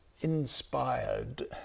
inspired